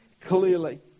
clearly